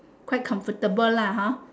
quite comfortable lah hor